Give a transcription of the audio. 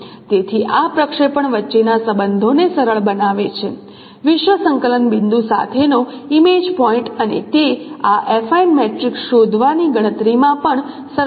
તેથી આ પ્રક્ષેપણ વચ્ચેના સંબંધોને સરળ બનાવે છે વિશ્વ સંકલન બિંદુ સાથેનો ઇમેજ પોઇન્ટ અને તે આ એફાઇન મેટ્રિક્સ શોધવાની ગણતરીમાં પણ સરળ બનાવે છે